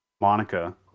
Monica